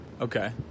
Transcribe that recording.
Okay